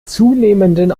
zunehmenden